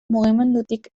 mugimendutik